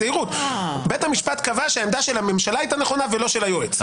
בית המשפט קבע שהעמדה של הממשלה נכונה ולא של היועץ.